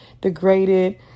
degraded